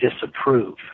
disapprove